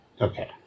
Okay